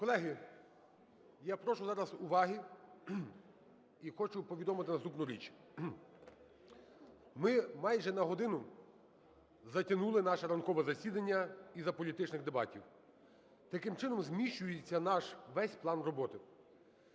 Колеги, я прошу зараз уваги і хочу повідомити наступну річ. Ми майже на годину затягнули наше ранкове засідання із-за політичних дебатів. Таким чином, зміщується наш весь план роботи.